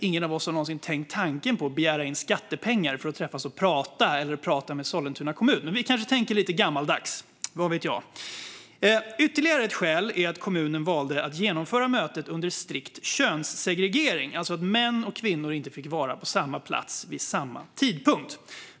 Ingen av oss har någonsin tänkt tanken att begära skattepengar för att träffas och prata med varandra eller med Sollentuna kommun, men vi kanske tänker lite gammaldags, vad vet jag? Ytterligare ett skäl är att kommunen valde att genomföra mötet under strikt könsegregering, alltså att män och kvinnor inte fick vara på samma plats vid samma tid.